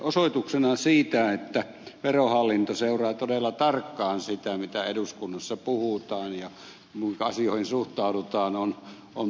osoituksena siitä että verohallinto seuraa todella tarkkaan sitä mitä eduskunnassa puhutaan ja kuinka asioihin suhtaudutaan on tämä mietintö